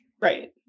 Right